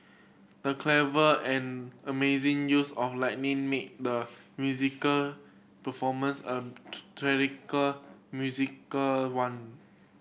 the clever and amazing use of lighting made the musical performance a musical one